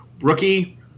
Rookie